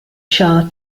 sha